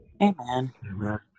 Amen